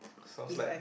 sounds like